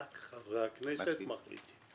רק חברי הכנסת מחליטים.